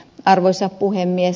arvoisa puhemies